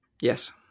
Yes